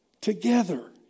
Together